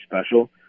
special